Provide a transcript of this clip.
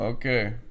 Okay